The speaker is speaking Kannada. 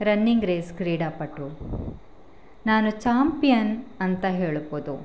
ರನ್ನಿಂಗ್ ರೇಸ್ ಕ್ರೀಡಾಪಟು ನಾನು ಚಾಂಪಿಯನ್ ಅಂತ ಹೇಳ್ಬೋದು